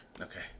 Okay